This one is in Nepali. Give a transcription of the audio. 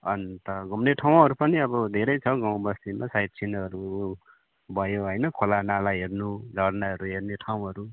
अन्त घुम्ने ठाउँहरू पनि अब धेरै छ गाउँ बस्तीमा साइट सिनहरू भयो होइन खोला नाला हेर्नु झरनाहरू हेर्ने ठाउँहरू